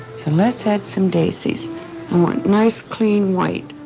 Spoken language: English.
so let's add some daisies i want nice, clean white.